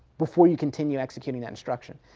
before you continue executing that instruction,